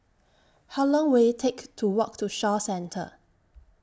How Long Will IT Take to Walk to Shaw Centre